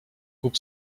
kup